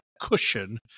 cushion